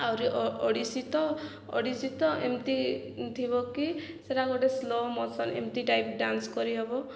ଆହୁରି ଓଡ଼ିଶୀ ତ ଓଡ଼ିଶୀ ତ ଏମିତି ଥିବ କି ସେଟା ଗୋଟେ ସ୍ଲୋ ମୋସନ୍ ଏମିତି ଟାଇପ୍ ଡାନ୍ସ କରିହେବ